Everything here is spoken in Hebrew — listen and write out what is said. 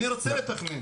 אני רוצה לתכנן.